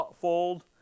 fold